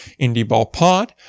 IndieBallPod